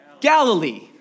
Galilee